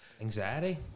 Anxiety